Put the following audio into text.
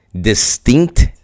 distinct